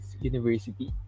University